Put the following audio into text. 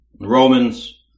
Romans